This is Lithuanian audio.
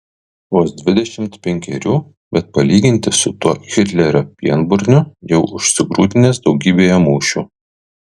vos dvidešimt penkerių bet palyginti su tuo hitlerio pienburniu jau užsigrūdinęs daugybėje mūšių